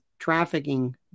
trafficking